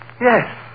Yes